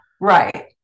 right